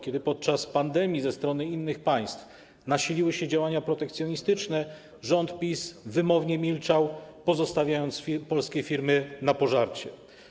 Kiedy podczas pandemii ze strony innych państw nasiliły się działania protekcjonistyczne, rząd PiS wymownie milczał, rzucając polskie firmy na pożarcie.